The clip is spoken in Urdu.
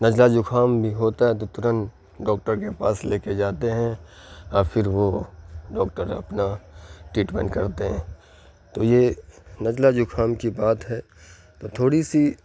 نزلہ زُخام بھی ہوتا ہے تو ترن ڈاکٹر کے پاس لے کے جاتے ہیں اور پھر وہ ڈاکٹر اپنا ٹریٹمنٹ کرتے ہیں تو یہ نزلہ زُخام کی بات ہے تو تھوڑی سی